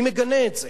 אני מגנה את זה.